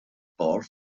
bod